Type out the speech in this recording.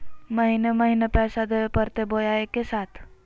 महीने महीने पैसा देवे परते बोया एके साथ?